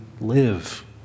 live